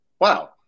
wow